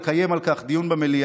אני מבקש לקיים על כך דיון במליאה,